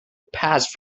passed